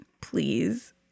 please